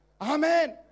amen